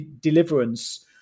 deliverance